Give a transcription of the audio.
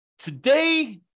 Today